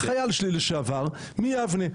חייל שלי לשעבר מיבנה,